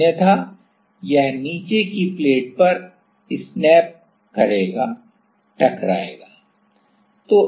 अन्यथा यह नीचे की प्लेट पर स्नैप करेगा